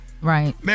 Right